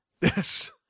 Yes